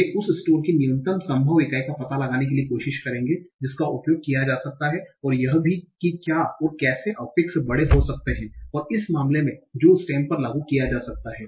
वे उस स्टेम की न्यूनतम संभव इकाई का पता लगाने की कोशिश करेंगे जिसका उपयोग किया जा सकता है और यह भी कि क्या और कैसे अफफिक्स बड़े हो सकते हैं और उस मामले में जो स्टेम पर लागू किया जा सकता है